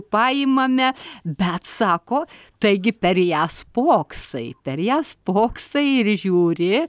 paimame bet sako taigi per ją spoksai per ją spoksai ir žiūri